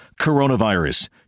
Coronavirus